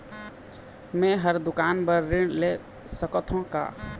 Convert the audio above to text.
मैं हर दुकान बर ऋण ले सकथों का?